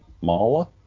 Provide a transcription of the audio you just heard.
Mala